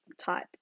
type